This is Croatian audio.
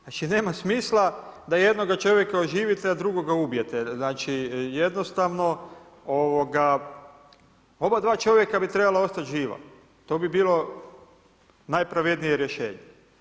Znači nema smisla da jednoga čovjeka oživite a drugoga ubijete, jednostavno ova dva čovjeka bi trebala ostati živa, to bi bilo najpravednije rješenje.